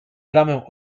bramę